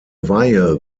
weihe